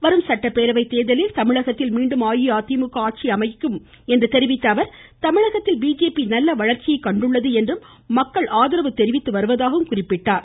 வரும் சட்டப்பேரவை தேர்தலில் தமிழகத்தில் மீண்டும் அஇஅதிமுக ஆட்சி அமையும் என்று தெரிவித்த அவர் தமிழகத்தில் பிஜேபி நல்ல வளர்ச்சியை கண்டுள்ளது என்றும் மக்கள் ஆதரவு தெரிவித்து வருவதாகவும் குறிப்பிட்டார்